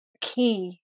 key